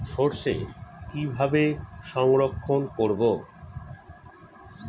সরষে কিভাবে সংরক্ষণ করব?